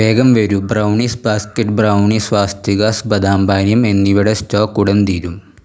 വേഗം വരൂ brownies basket brownie സ്വാസ്തികാസ് ബദാം പാനീയം എന്നിവയുടെ സ്റ്റോക് ഉടൻ തീരും